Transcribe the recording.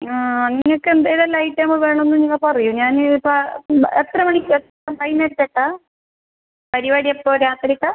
ആ നിങ്ങൾക്ക് എന്തെല്ലാം ഐറ്റമ് വേണമെന്ന് നിങ്ങൾ പറയൂ ഞാൻ ഇപ്പം എത്ര മണിക്ക് വൈകുന്നേരത്തേക്കാണോ പരിപാടി എപ്പോൾ രാത്രിയിലാണോ